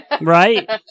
right